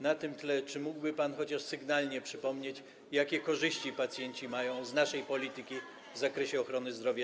Na tym tle czy mógłby pan chociaż sygnalnie przypomnieć, jakie korzyści pacjenci mają z naszej polityki w zakresie ochrony zdrowia?